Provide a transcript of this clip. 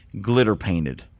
glitter-painted